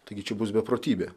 taigi čia bus beprotybė